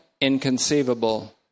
inconceivable